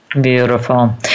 Beautiful